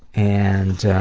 and,